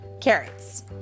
carrots